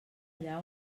allà